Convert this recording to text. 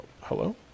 Hello